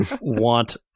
want